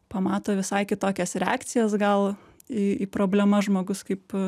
pamato visai kitokias reakcijas gal į į problemas žmogus kaip